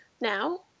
now